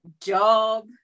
Job